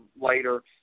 later